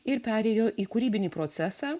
ir perėjo į kūrybinį procesą